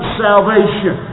salvation